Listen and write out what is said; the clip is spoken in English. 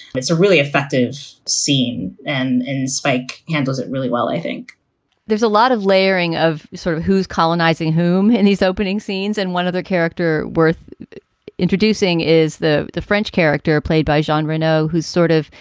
it's a really effectives scene. and and spike handles it really well i think there's a lot of layering of sort of who's colonizing whom. and these opening scenes and one other character worth introducing is the the french character played by john renaud, who's sort of,